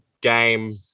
game